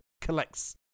collects